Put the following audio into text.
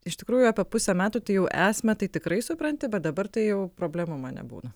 iš tikrųjų apie pusę metų tai jai esmę tai tikrai supranti bet dabar tai jau problemų man nebūna